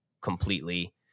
completely